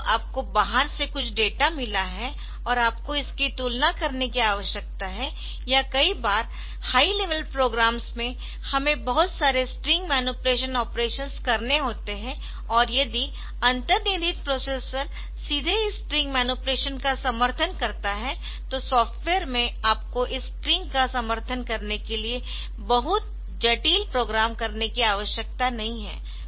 जब आपको बाहर से कुछ डेटा मिला है और आपको इसकी तुलना करने की आवश्यकता है या कई बार हाई लेवल प्रोग्राम्स में हमें बहुत सारे स्ट्रिंग मैनीपुलेशन ऑपरेशन्स करने होते है और यदि अंतर्निहित प्रोसेसर सीधे इस स्ट्रिंग मैनीपुलेशन का समर्थन करता है तो सॉफ्टवेयर में आपको इस स्ट्रिंग का समर्थन करने के लिए बहुत जटिल प्रोग्राम करने की आवश्यकता नहीं है